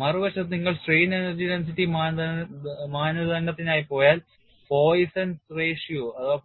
മറുവശത്ത് നിങ്ങൾ strain energy density മാനദണ്ഡത്തിനായി പോയാൽ